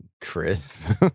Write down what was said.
Chris